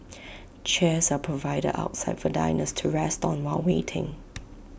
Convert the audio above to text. chairs are provided outside for diners to rest on while waiting